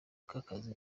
bw’akazi